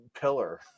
pillar